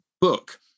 book